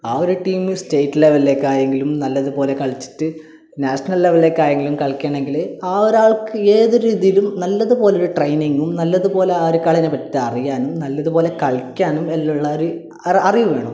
ആ ഒരു team state ലെവലിലേക്കായെങ്കിലും നല്ലതുപോലെ കളിച്ചിട്ട് നാഷനൽ ലെവലിലേക്കായെങ്കിലും കളിക്കണമെങ്കിൽ ആ ഒരാൾക്ക് ഏതൊരു ഇതിലും നല്ലതുപോലെ ഒരു ട്രെയിനിങ്ങും നല്ലതുപോലെ ആ ഒരു കളീനെപ്പറ്റിയിട്ട് അറിയാനും നല്ലതുപോലെ കളിക്കാനും എല്ലാം ഉള്ള ഒരു അറിവു വേണം